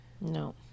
No